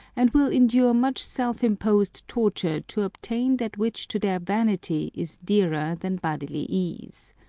and will endure much self-imposed torture to obtain that which to their vanity is dearer than bodily ease.